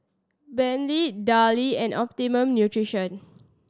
Bentley Darlie and Optimum Nutrition